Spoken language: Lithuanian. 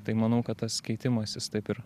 tai manau kad tas keitimasis taip ir